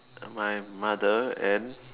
my mother and